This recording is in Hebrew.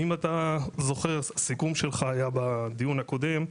האם אתה זוכר בסיכום שלך שהיה בדיון הקודם,